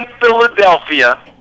Philadelphia